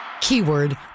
keyword